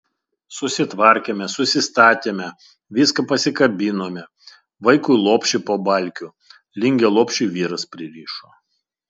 susitvarkėme susistatėme viską pasikabinome vaikui lopšį po balkiu lingę lopšiui vyras pririšo